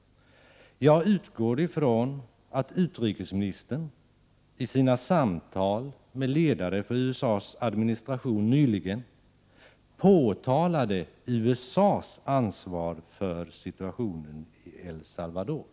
Jag utgår ifrån att utrikesministern i sina samtal med ledare för USA:s administration nyligen påtalade USA:s ansvar för situationen i El Salvador.